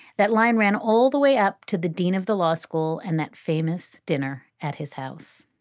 that line ran all the way up to the dean of the law school and that famous dinner at his house.